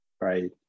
right